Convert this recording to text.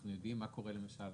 אנחנו יודעים מה קורה למשל